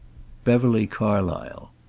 beverly carlysle.